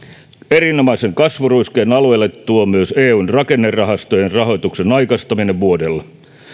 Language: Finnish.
erinomaisen kasvuruiskeen alueille tuo myös eun rakennerahastojen rahoituksen aikaistaminen vuodella